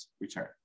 return